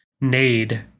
nade